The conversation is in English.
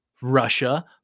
russia